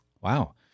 Wow